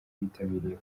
bitabiriye